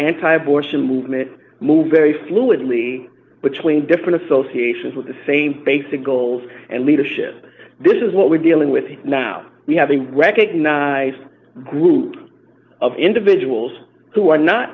anti abortion movement move very fluidly between different associations with the same basic goals and leadership this is what we're dealing with here now we have a recognized group of individuals who are not